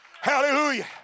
Hallelujah